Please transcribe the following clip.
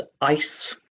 ice